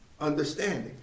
understanding